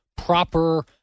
proper